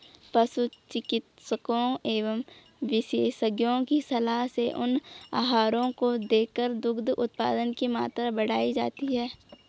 पशु चिकित्सकों एवं विशेषज्ञों की सलाह से उन आहारों को देकर दुग्ध उत्पादन की मात्रा बढ़ाई जाती है